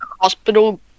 hospital